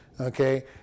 Okay